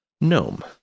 gnome